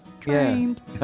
dreams